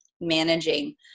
managing